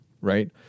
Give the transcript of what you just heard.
right